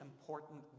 important